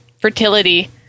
fertility